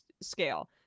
scale